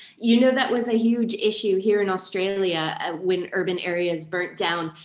you know, that was a huge issue here in australia and when urban areas burnt down.